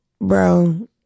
bro